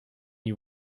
you